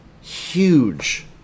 huge